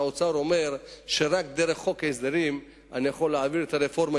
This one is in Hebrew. שהאוצר אומר שרק דרך חוק ההסדרים הוא יכול להעביר את הרפורמה,